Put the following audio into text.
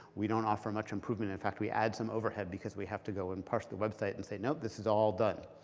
we don't offer much improvement. in fact, we add some overhead because we have to go and parse the website and say, nope, this is all done.